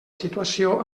situació